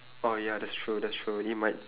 oh ya that's true that's true it might